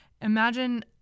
Imagine